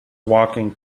walking